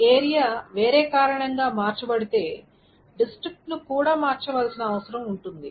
ప్రాంతం వేరే కారణంగా మార్చబడితే డిస్ట్రిక్ట్ ను కూడా మార్చాల్సిన అవసరం ఉంది